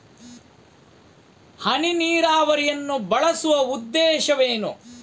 ಹನಿ ನೀರಾವರಿಯನ್ನು ಬಳಸುವ ಉದ್ದೇಶವೇನು?